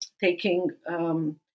taking